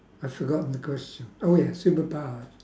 I forgot the question oh yes superpowers